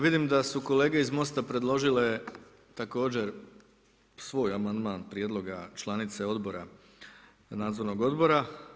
Vidim da su kolege iz Mosta predložile također svoj amandman prijedloga članice odbora, nadzornog odbora.